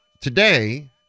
today